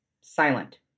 silent